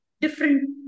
different